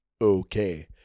okay